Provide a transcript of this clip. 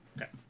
Okay